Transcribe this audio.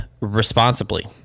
responsibly